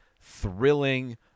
thrilling